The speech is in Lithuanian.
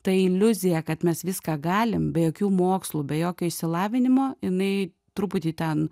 ta iliuzija kad mes viską galim be jokių mokslų be jokio išsilavinimo jinai truputį ten